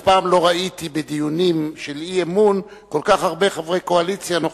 אף פעם לא ראיתי בדיונים של אי-אמון כל כך הרבה חברי קואליציה נוכחים,